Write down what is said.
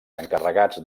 encarregats